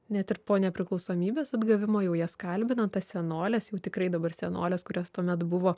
net ir po nepriklausomybės atgavimo jau jas kalbinant tas senoles jau tikrai dabar senoles kurios tuomet buvo